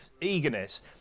eagerness